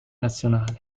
nazionale